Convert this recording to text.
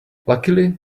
luckily